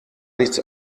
nichts